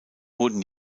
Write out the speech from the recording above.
wurden